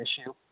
issue